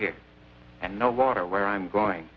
here and no water where i'm going